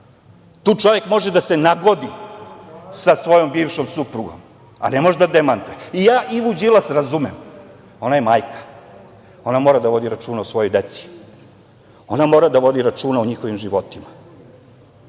Tu čovek može da se nagodi sa svojom bivšom suprugom, a ne može da demantuje. Ja Ivu Đilas razumem. Ona je majka. Ona mora da vodi računa o svojoj deci. Ona mora da vodi računa o njihovim životima